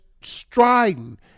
striding